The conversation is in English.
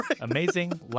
Amazing